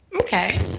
Okay